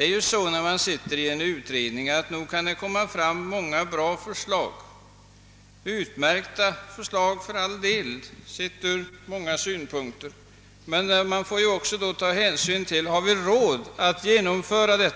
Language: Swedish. den fortsatta vuxenutbildningen. Nog kan det framkomma många utmärkta förslag i en utredning, men man får också ta hänsyn till om vi har råd att genomföra dem.